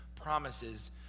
promises